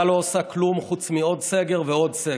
לא עושה כלום חוץ מעוד סגר ועוד סגר.